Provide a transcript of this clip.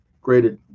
great